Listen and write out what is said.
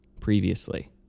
previously